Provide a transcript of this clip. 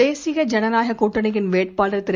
தேசிய ஜனநாயக கூட்டணியின் வேட்பாளர் திரு